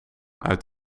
uit